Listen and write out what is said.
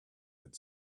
had